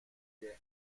quai